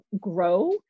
grow